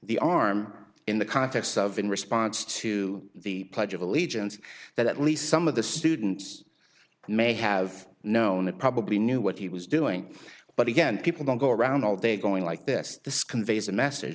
the arm in the context of in response to the pledge of allegiance that at least some of the students may have known and probably knew what he was doing but again people don't go around all day going like this this conveys a message